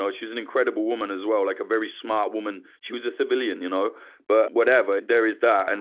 ah she's an incredible woman as well, like a very smart woman. she was a civilian, you know but whatever. there is that. and